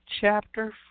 Chapter